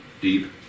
deep